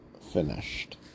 finished